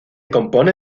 compone